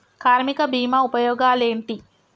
కార్మిక బీమా ఉపయోగాలేంటి?